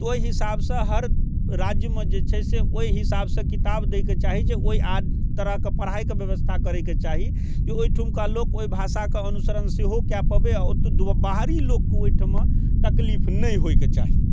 ओहि हिसाबसँ हर राज्यमे जे छै से ओहि हिसाबसँ किताब दैके चाही जे ओहि आ तरहके पढ़ाइके व्यवस्था करयके चाही कि ओहिठुनका लोक ओहि भाषाके अनुसरण सेहो कए पबै ओतय दु ब् बाहरी लोककेँ ओहिठिमा तकलीफ नहि होइके चाही